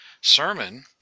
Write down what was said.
sermon